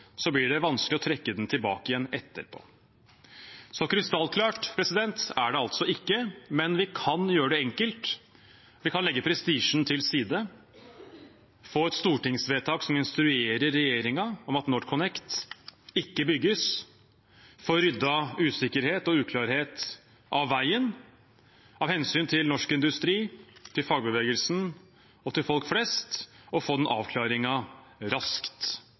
blir det vanskelig å trekke den tilbake etterpå. Så krystallklart er det altså ikke, men vi kan gjøre det enkelt: Vi kan legge prestisjen til side, få et stortingsvedtak som instruerer regjeringen om at NorthConnect ikke bygges, få ryddet usikkerhet og uklarhet av veien av hensyn til norsk industri, til fagbevegelsen og til folk flest og få denne avklaringen raskt.